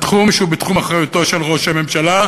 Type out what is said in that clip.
בתחום שהוא בתחום אחריותו של ראש הממשלה,